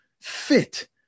fit